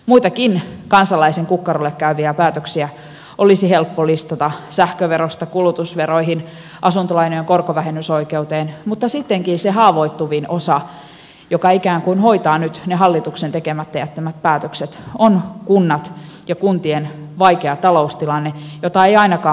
muitakin kansalaisen kukkarolle käyviä päätöksiä olisi helppo listata sähköverosta kulutusveroihin asuntolainojen korkovähennysoikeuteen mutta sittenkin se haavoittuvin osa joka ikään kuin hoitaa nyt ne hallituksen tekemättä jättämät päätökset on kunnat ja kuntien vaikea taloustilanne jota eivät ainakaan valtionosuusleikkaukset helpota